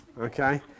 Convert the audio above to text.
Okay